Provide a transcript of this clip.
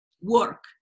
work